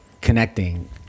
connecting